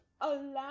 allow